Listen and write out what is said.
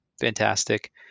fantastic